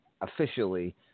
officially